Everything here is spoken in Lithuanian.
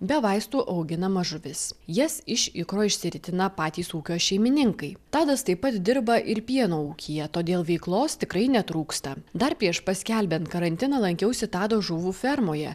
be vaistų auginama žuvis jas iš ikro išsiritina patys ūkio šeimininkai tadas taip pat dirba ir pieno ūkyje todėl veiklos tikrai netrūksta dar prieš paskelbiant karantiną lankiausi tado žuvų fermoje